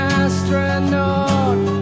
astronaut